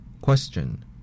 Question